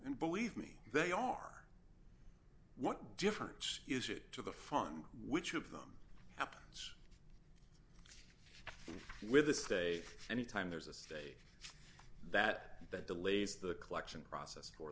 and believe me they are what difference is it to the fund which of them with a safe any time there's a stake that that delays the collection process for